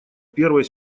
первой